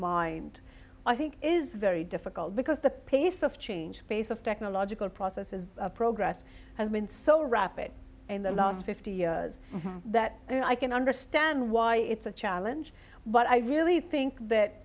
mind i think is very difficult because the pace of change pace of technological processes progress has been so rapid in the last fifty years that i can understand why it's a challenge but i really think that